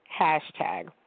hashtag